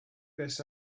this